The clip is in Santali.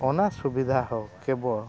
ᱚᱱᱟ ᱥᱩᱵᱤᱫᱷᱟ ᱦᱚᱸ ᱠᱮᱵᱚᱞ